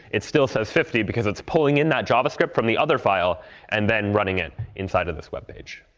it still says fifty because it's pulling in that javascript from the other file and then running it inside of this web page.